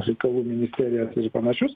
reikalų ministeriją ir panašius